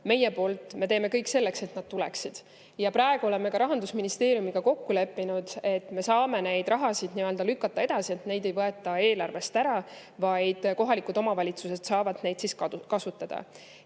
teeme me kõik selleks, et nad tuleksid. Praegu oleme ka Rahandusministeeriumiga kokku leppinud, et me saame selle raha lükata edasi, seda ei võeta eelarvest ära, vaid kohalikud omavalitsused saavad seda kasutada.